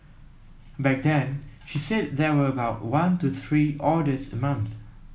back then she said there were about one to three orders a month